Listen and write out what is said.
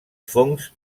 fongs